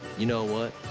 you know what?